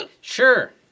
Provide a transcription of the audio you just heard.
Sure